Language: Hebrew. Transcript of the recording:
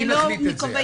מי מחליט את זה?